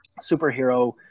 superhero